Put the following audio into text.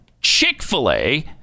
Chick-fil-A